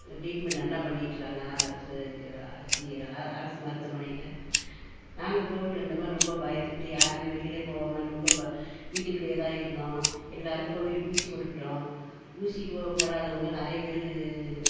treatment நல்லா பண்ணிட்டுருக்காங்க அரசுக்கு ஜி அ அரசு மருத்துவமனையில் நாங்கள் கோவிட் வந்தப்போ ரொம்ப பயந்துகிட்டு யாருமே வெளியிலே போவாமல் ரொம்ப பா வீட்டுக்குள்ளேயே தான் இருந்தோம் எல்லாருக்கும் வீட்டு ஊசி போட்டுக்கிட்டோம் ஊசி போ போடாதவங்க நிறைய பேர்